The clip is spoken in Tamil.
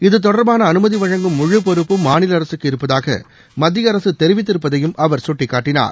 இத்தொடர்பான அனுமதி வழங்கும் முழு பொறுப்பும் மாநில அரசுக்கு இருப்பதாக மத்திய அரசு தெரிவித்திருப்பதையும் அவர் சுட்டிக்காட்டினார்